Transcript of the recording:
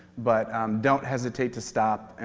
but don't hesitate to stop.